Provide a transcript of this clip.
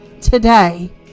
today